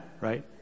right